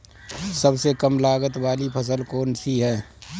सबसे कम लागत वाली फसल कौन सी है?